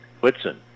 Whitson